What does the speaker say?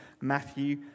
Matthew